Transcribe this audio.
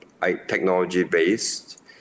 technology-based